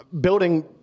building